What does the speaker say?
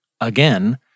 again